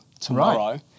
tomorrow